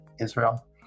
Israel